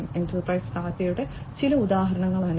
enterprise ഡാറ്റയുടെ ചില ഉദാഹരണങ്ങളാണിവ